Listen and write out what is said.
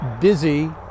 Busy